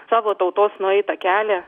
savo tautos nueitą kelią